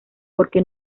porque